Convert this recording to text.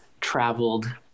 traveled